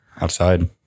outside